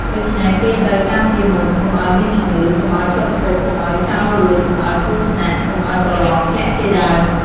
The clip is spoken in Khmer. ដូច្នេះ គេត្រូវការពារមុន កុំឲ្យមានជំងឺ កុំឲ្យជាប់គុក កុំឲ្យចោរលួច កុំឲ្យគ្រោះថ្នាក់ កុំឲ្យប្រឡងធ្លាក់ជាដើម ។